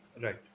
Right